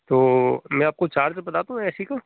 तो मैं आपको चार्ज बता दूँ ए सी का